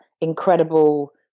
incredible